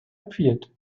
appeared